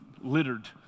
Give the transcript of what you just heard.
littered